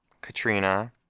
Katrina